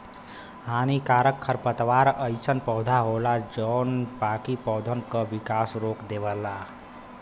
हानिकारक खरपतवार अइसन पौधा होला जौन बाकी पौधन क विकास रोक देवला